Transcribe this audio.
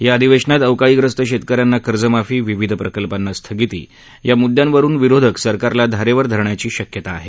या अधिवेशनात अवकाळी ग्रस्त शेतक यांना कर्जमाफी विविध प्रकल्पांना स्थगिती या मुद्यांवरुन विरोधक सरकारला धारेवर धरण्याची शक्यता आहे